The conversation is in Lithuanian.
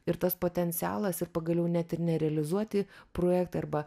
ir tas potencialas ir pagaliau net ir nerealizuoti projektai arba